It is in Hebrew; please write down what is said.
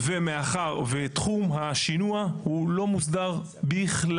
תחום השינוע לא מוסדר,